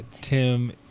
Tim